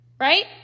right